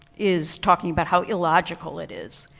is talking about how illogical it is.